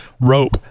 rope